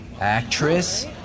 Actress